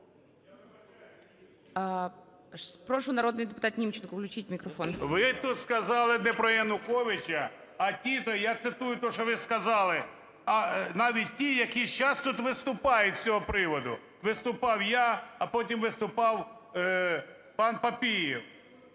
Ви тут сказали не про Януковича, а ті – я цитую те, що ви сказали: "Навіть ті, які сейчас тут виступають з цього приводу". Виступав я, а потім виступав пан Папієв…